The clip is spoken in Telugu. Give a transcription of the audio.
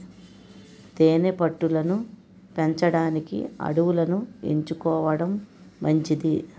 తేనె పట్టు లను పెంచడానికి అడవులను ఎంచుకోవడం మంచిది